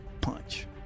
punch